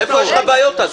איפה יש לך בעיות אז?